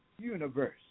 universe